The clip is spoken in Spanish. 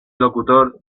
locutor